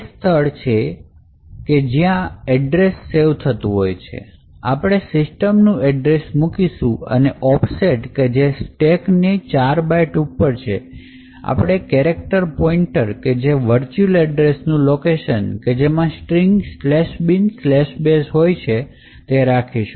એ સ્થળ છે જ્યાં એડ્રેસ સેવ થયું છે આપણે system નું એડ્રેસ મુકીશું અને ઓફસેટ કે જે સ્ટેકની ચાર બાઈટ ઉપર છે આપણે કેરેક્ટર પોઇન્ટર કે જે કોઈ વર્ચ્યુલ એડ્રેસ નું લોકેશન જેમાં સ્ટ્રિંગ binbash હોય તે રાખીશું